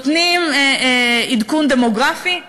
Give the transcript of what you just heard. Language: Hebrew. נותנים עדכון דמוגרפי?